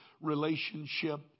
relationship